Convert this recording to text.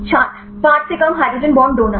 छात्र 5 से कम हाइड्रोजन बांड डोनर